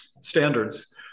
standards